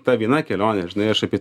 ta viena kelionė žinai aš apie